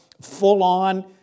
full-on